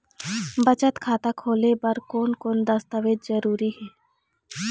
बचत खाता खोले बर कोन कोन दस्तावेज जरूरी हे?